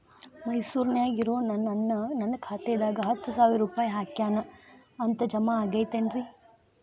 ಮೈಸೂರ್ ನ್ಯಾಗ್ ಇರೋ ನನ್ನ ಅಣ್ಣ ನನ್ನ ಖಾತೆದಾಗ್ ಹತ್ತು ಸಾವಿರ ರೂಪಾಯಿ ಹಾಕ್ಯಾನ್ ಅಂತ, ಜಮಾ ಆಗೈತೇನ್ರೇ?